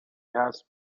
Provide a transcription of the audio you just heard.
has